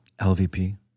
LVP